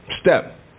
step